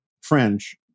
French